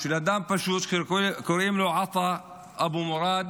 של אדם פשוט, שקוראים לו עטא אבו מורד